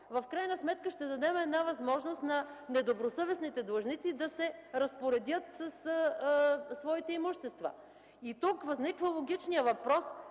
в крайна сметка ще дадем една възможност на недобросъвестните длъжници да се разпоредят със своите имущества. И тук възниква логичният въпрос